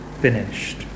finished